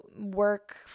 work